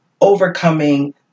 overcoming